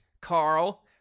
Carl